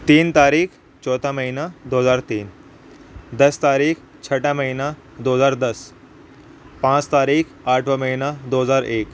تین تاریخ چوتھا مہینہ دو ہزار تین دس تاریخ چھٹا مہینہ دو ہزار دس پانچ تاریخ آٹھواں مہینہ دو ہزار ایک